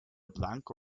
blanco